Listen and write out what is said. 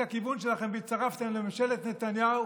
הכיוון שלכם והצטרפתם לממשלת נתניהו,